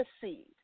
seed